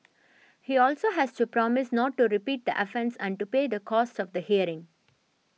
he also has to promise not to repeat the offence and to pay the cost of the hearing